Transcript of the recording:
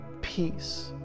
peace